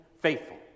faithful